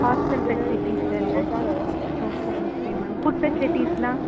hostel ஃபெசிலிட்டிஸ்சில் இல்லை okay okay ma'am food ஃபெசிலிட்டிஸ்ஸெல்லாம்